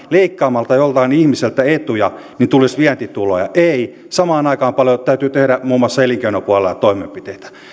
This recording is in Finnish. leikkaamalla joltain ihmiseltä etuja tulisi vientituloja ei samaan aikaan täytyy tehdä muun muassa elinkeinopuolella toimenpiteitä